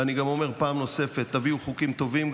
ואני גם אומר פעם נוספת: תביאו חוקים טובים,